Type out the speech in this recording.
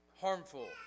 harmful